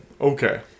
Okay